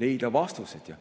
leida ka vastused.